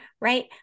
right